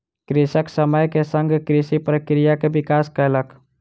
कृषक समय के संग कृषि प्रक्रिया के विकास कयलक